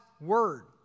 Word